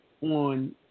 on